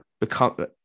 Become